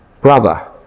brother